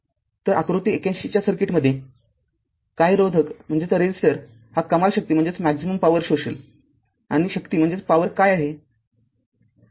तरआकृती ८१ च्या सर्किटमध्ये काय रोधक हा कमाल शक्ती शोषेल आणि शक्ती काय आहे